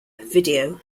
video